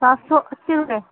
سات سو اسی روپے